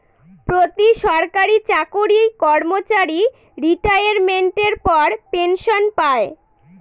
প্রতি সরকারি চাকরি কর্মচারী রিটাইরমেন্টের পর পেনসন পায়